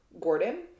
Gordon